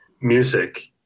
music